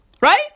Right